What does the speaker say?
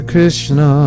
Krishna